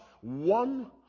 one